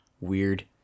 weird